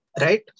right